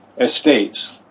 estates